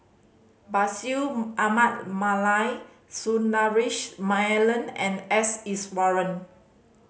Bashir Ahmad Mallal Sundaresh Menon and S Iswaran